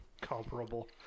comparable